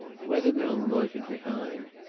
wethermill loitered behind.